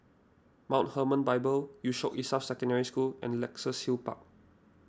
Mount Hermon Bible Yusof Ishak Secondary School and Luxus Hill Park